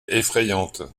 effrayante